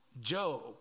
Job